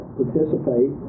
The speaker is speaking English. participate